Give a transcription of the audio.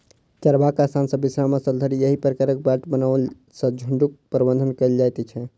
चरबाक स्थान सॅ विश्राम स्थल धरि एहि प्रकारक बाट बनओला सॅ झुंडक प्रबंधन कयल जाइत छै